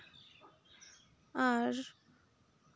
ᱟᱨ